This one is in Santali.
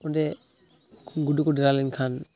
ᱚᱸᱰᱮ ᱜᱩᱰᱩ ᱠᱚ ᱰᱮᱨᱟ ᱞᱮᱱᱠᱷᱟᱱ